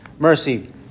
Mercy